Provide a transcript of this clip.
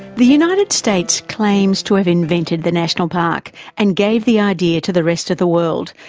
the united states claims to have invented the national park and gave the idea to the rest of the world.